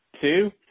two